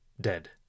dead